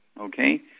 okay